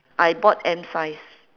I bought M size